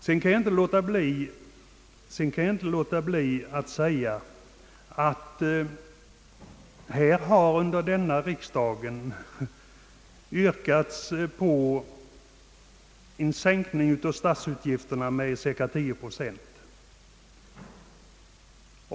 Jag kan vidare inte låta bli att framhålla att det under innevarande riksdag från borgerligt håll har yrkats på en sänkning av statsutgifterna med cirka 10 procent.